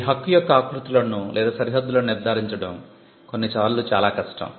ఈ హక్కు యొక్క ఆకృతులను లేదా సరిహద్దులను నిర్ధారించడం కొన్నిసార్లు చాలా కష్టం